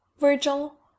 Virgil